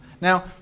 Now